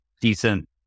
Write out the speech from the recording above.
decent